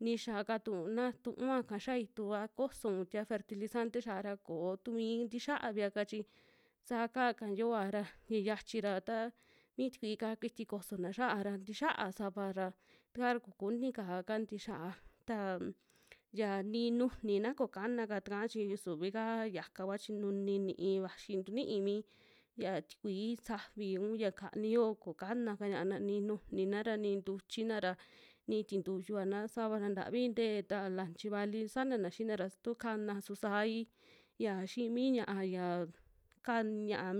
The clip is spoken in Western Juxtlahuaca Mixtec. Ni yaa katu na tu'uaka xia itu a kosou tie fertilizante xia'a ra koo tumi ntixiavia'ka chii saa kaa'ka yoa chi, ya xiachi ra taa mi tikui'ka kuiti kosona xia'a ra ntixia sava ra, takaa ra kokuni kaa'ka ntixia taa yia ni nujunina koo kana'ka taka chi suvika yaka kua chi nuni ni'i vaxi tunii mii xia tikui safi, un ya kani yoo kokana'ka ña'ana ni nujunina ra nii ntuchina ra, ni tintuyu vana, savana ntavi ntee ta lanchi vali sanana xina ra tu kana su sai yia xii mi ña'a yaa kan ña'a